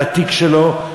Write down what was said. על התיק שלו,